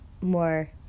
more